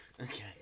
Okay